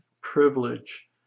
privilege